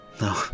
No